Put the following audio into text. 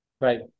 Right